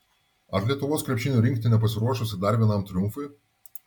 ar lietuvos krepšinio rinktinė pasiruošusi dar vienam triumfui